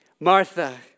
Martha